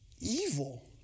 Evil